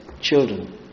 children